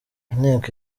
inteko